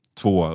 två